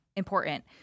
important